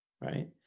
right